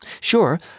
Sure